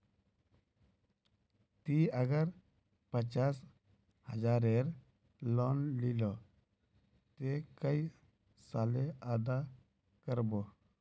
ती अगर पचास हजारेर लोन लिलो ते कै साले अदा कर बो?